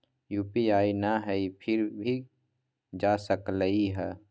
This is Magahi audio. यू.पी.आई न हई फिर भी जा सकलई ह?